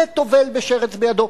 זה טובל ושרץ בידו.